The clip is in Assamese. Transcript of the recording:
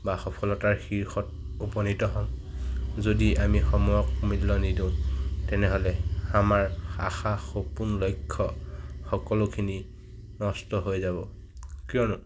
বা সফলতাৰ শীৰ্ষত উপনীত হ'ম যদি আমি সময়ক মূল্য নিদিওঁ তেনেহ'লে আমাৰ আশা সপোন লক্ষ্য সকলোখিনি নষ্ট হৈ যাব কিয়নো